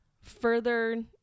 further